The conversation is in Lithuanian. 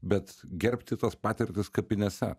bet gerbti tas patirtis kapinėse